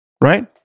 right